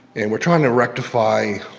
and we're trying to rectify